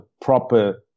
proper